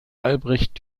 albrecht